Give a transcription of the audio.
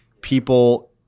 people